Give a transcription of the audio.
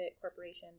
Corporation